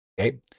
Okay